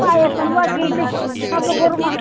पायसं वा किञ्चित् किमपि कुर्मः